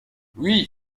oui